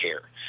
care